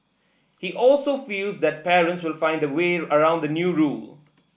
he also feels that parents will find a way around the new rule